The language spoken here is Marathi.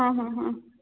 हां हां हां